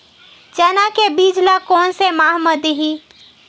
चना के बीज ल कोन से माह म दीही?